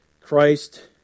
Christ